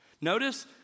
Notice